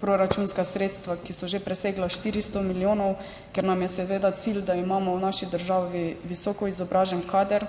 proračunska sredstva, ki so že presegla 400 milijonov, ker nam je seveda cilj, da imamo v naši državi visoko izobražen kader